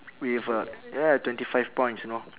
with a ya twenty five points you know